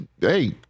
hey